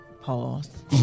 Pause